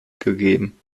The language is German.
gegeben